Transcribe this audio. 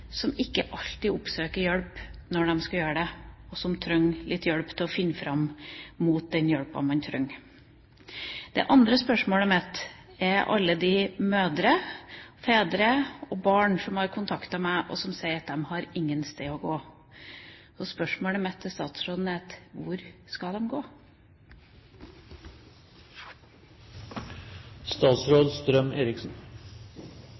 som ikke alltid oppsøker hjelp når de burde, og som trenger litt hjelp til å finne fram til den hjelpen de trenger. Det andre spørsmålet mitt går på alle de mødre, fedre og barn som har kontaktet meg, og som sier at de ikke har noe sted å gå. Spørsmålet mitt til statsråden er: Hvor skal